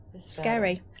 scary